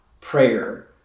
prayer